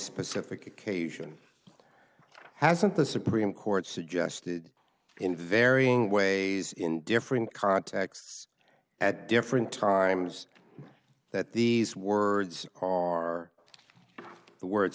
specific occasion hasn't the supreme court suggested in varying ways in different contexts at different times that these words are the words